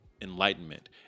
enlightenment